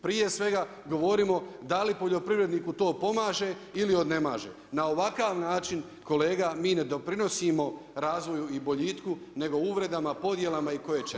Prije svega govorimo da li poljoprivredniku to pomaže ili odnemaže, na ovakav način kolega, mi ne doprinosimo razvoju i boljitku nego uvredama, podjelama i koječemu.